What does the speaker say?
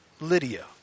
Lydia